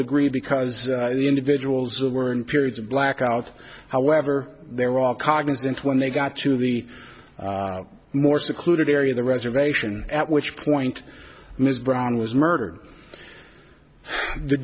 degree because the individuals who were in periods of blackout however they were all cognizant when they got to the more secluded area the reservation at which point ms brown was murdered the